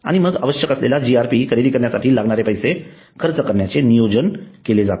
आणि मग आवश्यक असलेला GRP खरेदी करण्यासाठी लागणारे पैसे खर्च करण्याचे नियोजन केले जाते